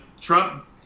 trump